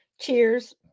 Cheers